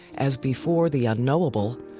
as before the unknowable,